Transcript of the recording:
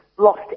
lost